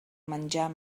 menjar